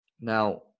Now